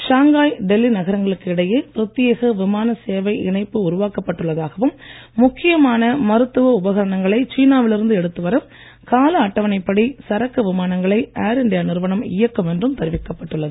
Shanghai Delhi நகரங்களுக்கு இடையே பிரத்யேக விமான சேவை இணைப்பு உருவாக்கப்பட்டு உபகரணங்களை சீனாவில் இருந்து எடுத்து வர கால அட்டவணைப் படி சரக்கு விமானங்களை ஏர் இண்டியா நிறுவனம் இயக்கும் என்றும் தெரிவிக்கப்பட்டு உள்ளது